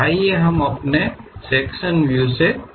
आइए हम अपने सेक्शन व्यू विषय को शुरू करें